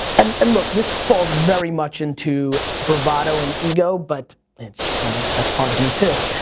and and look, this falls very much into bravado and ego, but that's yeah that's part of me too.